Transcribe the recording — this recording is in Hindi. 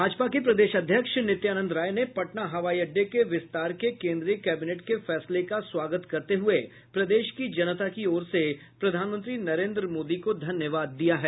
भाजपा के प्रदेश अध्यक्ष नित्यानंद राय ने पटना हवाई अड्डे के विस्तार के केन्द्रीय कैबिनेट के फैसले का स्वागत करते हुए प्रदेश की जनता की ओर से प्रधानमंत्री नरेन्द्र मोदी को धन्यवाद दिया है